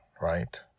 right